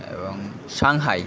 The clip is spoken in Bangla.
সাংহাই